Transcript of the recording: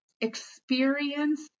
experience